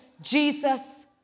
Jesus